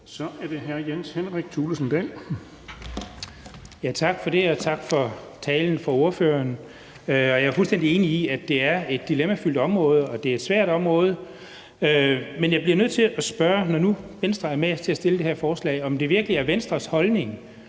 Dahl. Kl. 15:37 Jens Henrik Thulesen Dahl (DD): Tak for det, og tak til ordføreren for talen. Jeg er fuldstændig enig i, at det er et dilemmafyldt område, og at det er et svært område, men jeg bliver nødt til at spørge, når nu Venstre er med til at fremsætte det her forslag, om det virkelig er Venstres holdning,